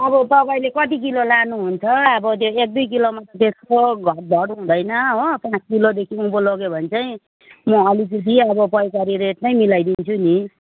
अब तपाईँले कति किलो लानुहुन्छ अब त्यो एक दुई किलोमा त त्यस्तो घटबढ हुँदैन हो पाँच किलोदेखि उँभो लोग्यो भनेदेखि चाहिँ म अलिकति अब पैकारी रेटमै मिलाइदिन्छु नि